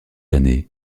années